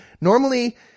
normally